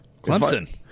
Clemson